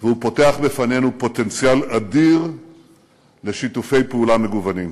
והוא פותח בפנינו פוטנציאל אדיר לשיתופי פעולה מגוונים.